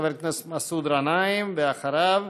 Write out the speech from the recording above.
חבר הכנסת מסעוד גנאים, ואחריו,